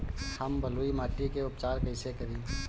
हम बलुइ माटी के उपचार कईसे करि?